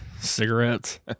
cigarettes